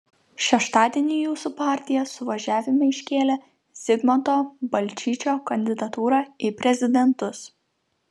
šeštadienį jūsų partija suvažiavime iškėlė zigmanto balčyčio kandidatūrą į prezidentus